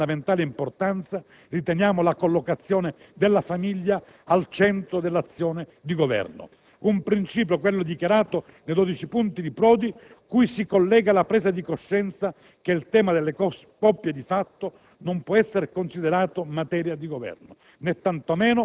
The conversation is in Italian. E ancora, di fondamentale importanza riteniamo la collocazione della famiglia al centro dell'azione di Governo. Un principio, quello dichiarato nei dodici punti di Prodi, cui si collega la presa di coscienza che il tema delle coppie di fatto non può essere considerato materia di Governo,